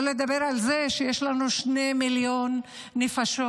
שלא לדבר על זה שיש לנו שני מיליון נפשות,